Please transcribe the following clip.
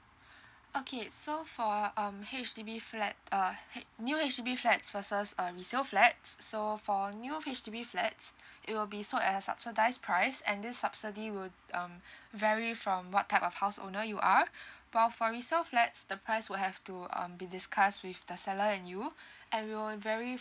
okay so for um H_D_B flat uh H~ new H_D_B flat versus a resell flats so for new H_D_B flats it will be sold at subsidize price and this subsidy would um vary from what type of house owner you are while for resell flats the price will have to um been discussed with the seller and you and will vary